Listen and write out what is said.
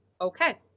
okay